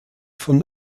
von